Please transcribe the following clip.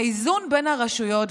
האיזון בין הרשויות,